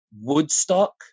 Woodstock